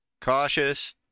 cautious